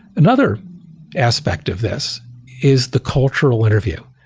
another aspect of this is the cultural interview.